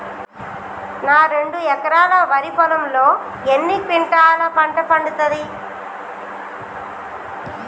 నా రెండు ఎకరాల వరి పొలంలో ఎన్ని క్వింటాలా పంట పండుతది?